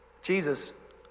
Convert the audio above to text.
Jesus